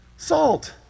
Salt